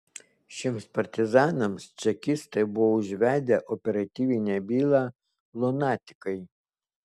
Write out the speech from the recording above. šiems partizanams čekistai buvo užvedę operatyvinę bylą lunatikai